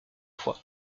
fois